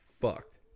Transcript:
fucked